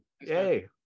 yay